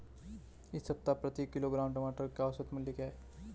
इस सप्ताह प्रति किलोग्राम टमाटर का औसत मूल्य क्या है?